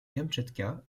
kamtchatka